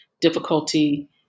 difficulty